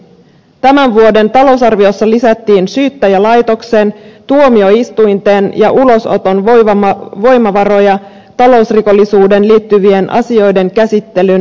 tämän vuoden talousarviossa lisättiin syyttäjälaitoksen tuomioistuinten ja ulosoton voimavaroja talousrikollisuuteen liittyvien asioiden käsittelyn mahdollistamiseksi